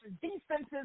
defenses